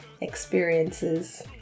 experiences